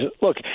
Look